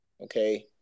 Okay